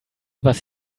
was